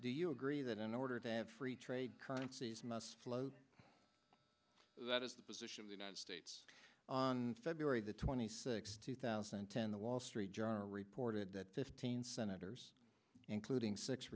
do you agree that in order to have free trade currencies that is the position of the united states on february the twenty sixth two thousand and ten the wall street journal reported that fifteen senators including six